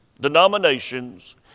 denominations